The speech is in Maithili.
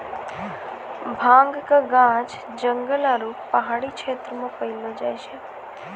भांगक गाछ जंगल आरू पहाड़ी क्षेत्र मे पैलो जाय छै